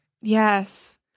Yes